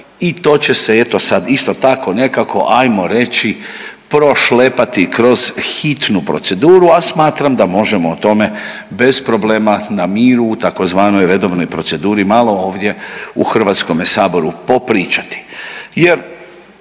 i to će se eto sad isto tako nekako ajmo reći prošlepati kroz hitnu proceduru, a smatram da možemo o tome bez problema na miru u tzv. redovnoj proceduri malo ovdje u HS popričati